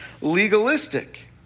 legalistic